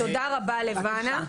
תודה רבה, לבנה.